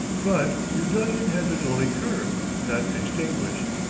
but rebellion had been only curbed, not extinguished.